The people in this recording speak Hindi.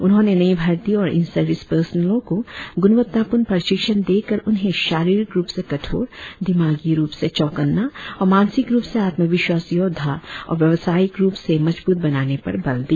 उन्होंने नई भर्ती और इन सर्विस पर्सनल को गुणवत्तापूर्ण प्रशिक्षण देकर उन्हें शारीरिक रुप से कठोर दिमागी रुप से चौकन्ना और मानसिक रुप से आत्मविश्वास योद्धा और व्यावसायिक रुप से मजबूत बनाने पर बल दिया